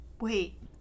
Wait